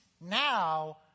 now